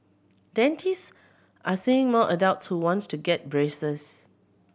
dentist are seeing more adults who wants to get braces